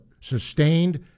sustained